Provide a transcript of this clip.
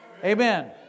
Amen